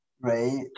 right